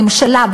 הממשלה,